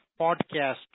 podcast